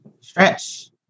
Stretch